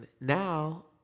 now